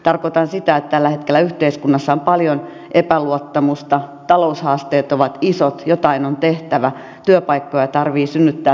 tarkoitan sitä että tällä hetkellä yhteiskunnassa on paljon epäluottamusta taloushaasteet ovat isot jotain on tehtävä työpaikkoja tarvitsee synnyttää tässä ja nyt